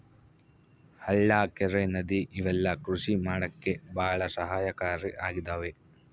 ಹಳ್ಳ ಕೆರೆ ನದಿ ಇವೆಲ್ಲ ಕೃಷಿ ಮಾಡಕ್ಕೆ ಭಾಳ ಸಹಾಯಕಾರಿ ಆಗಿದವೆ